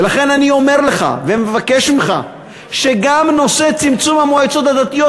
ולכן אני אומר לך ומבקש ממך שגם נושא צמצום המועצות הדתיות,